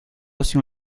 hacia